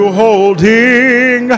holding